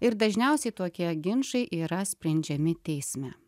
ir dažniausiai tokie ginčai yra sprendžiami teisme